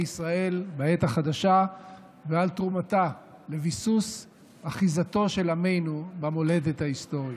ישראל בעת החדשה ועל תרומתה לביסוס אחיזתו של עמנו במולדת ההיסטורית.